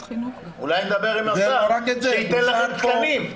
אולי נדבר עם השר שייתן לכם תקנים.